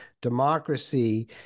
democracy